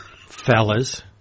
fellas